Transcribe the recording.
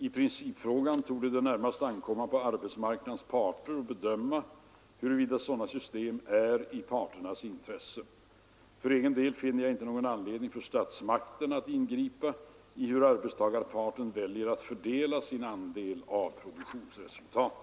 I princip torde det närmast ankomma på arbetsmarknadens parter att bedöma huruvida sådana system är i parternas intresse. För egen del finner jag inte någon orsak för statsmakterna att ingripa i hur arbetstagarparten väljer att fördela sin andel av produktionsresultatet.